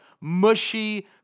mushy